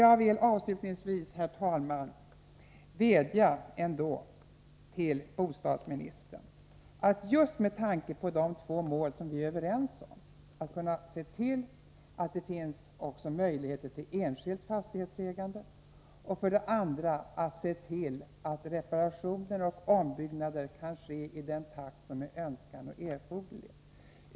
Jag vill avslutningsvis, herr talman, vädja till bostadsministern med tanke på de två mål som vi är överens om, nämligen att för det första se till att det finns möjligheter också till enskilt fastighetsägande på likvärdiga villkor, och för det andra se till att reparationer och ombyggnader kan ske i den takt som är önskad och erforderlig.